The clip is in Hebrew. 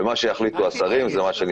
ומה שיחליטו השרים זה מה שנצטרך לקבל.